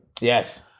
Yes